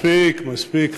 מספיק, מספיק.